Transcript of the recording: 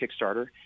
Kickstarter